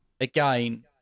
again